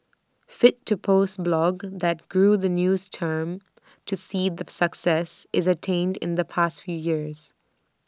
fit to post blog that grew the news team to see the success IT attained in the past few years